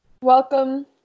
Welcome